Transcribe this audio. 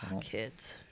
Kids